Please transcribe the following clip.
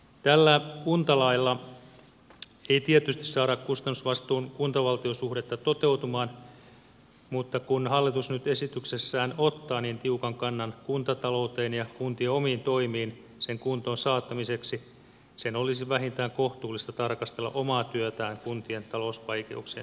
tällä kuntalailla ei tietysti saada kustannusvastuun kuntavaltio suhdetta toteutumaan mutta kun hallitus nyt esityksessään ottaa niin tiukan kannan kuntatalouteen ja kuntien omiin toimiin sen kuntoon saattamiseksi sen olisi vähintään kohtuullista tarkastella omaa työtään kuntien talousvaikeuksien syventämisessä